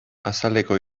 azaleko